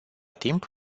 timp